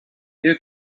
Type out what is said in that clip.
you